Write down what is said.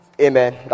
Amen